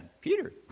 Peter